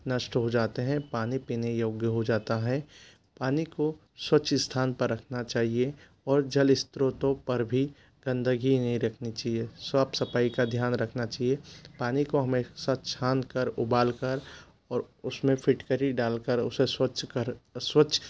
नष्ट हो जाते हैं पानी पीने योग्य हो जाता है पानी को स्वच्छ स्थान पर रखना चाहिए और जल स्रोतों पर भी गंदगी नहीं रखनी चाहिए साफ़ सफ़ाई का ध्यान रखना चाहिए पानी को हमेशा छान कर उबाल कर और उसमें फिटकरी डाल कर उसे स्वच्छ कर स्वच्छ